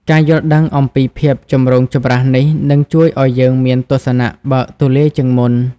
ការយល់ដឹងអំពីភាពចម្រូងចម្រាសនេះនឹងជួយឲ្យយើងមានទស្សនៈបើកទូលាយជាងមុន។